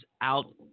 out